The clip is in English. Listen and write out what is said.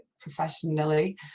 professionally